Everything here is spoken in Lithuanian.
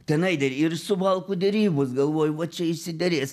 tenai dar ir suvalkų derybos galvojo va čia išsiderės